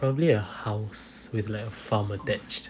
probably a house with like a farm attached